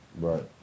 Right